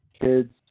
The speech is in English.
kids